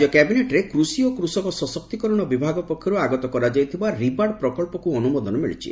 ରାଜ୍ୟ କ୍ୟାବିନେଟ୍ରେ କୃଷି ଓ କୃଷକ ସଶକ୍ତିକରଣ ବିଭାଗ ପକ୍ଷରୁ ଆଗତ କରାଯାଇଥିବା ରିବାର୍ଡ୍ ପ୍ରକ୍ସକୁ ଅନୁମୋଦନ ମିଳିଛି